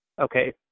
okay